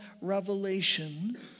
revelation